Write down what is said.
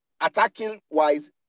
attacking-wise